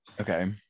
Okay